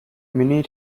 many